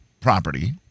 property